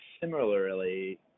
similarly